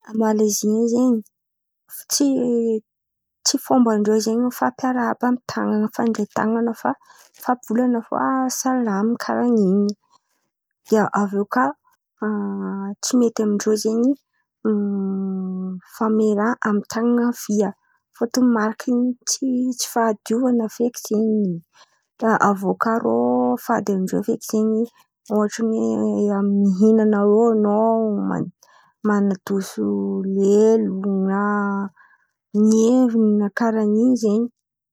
A Malezia in̈y zen̈y. Tsy tsy fomban-drô zen̈y, mifampiaraba am-tan̈ana, fandray tan̈ana fa, fampivolan̈a fo, à salama karàn'in̈y. De aviô kà tsy mety am-drozen̈y mifan̈omia raha am-tan̈ana havia. Fotony markin'ny tsy tsy fahadiovan̈a feky zen̈y in̈y. Avio kà rô fady am-drô feky zen̈y, ohatra hoe: mihin̈ana eo an̈ao o ma man̈adoso lelo na mihevona karan in̈y zen̈y. De aviô kà a tsy mety.